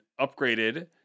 upgraded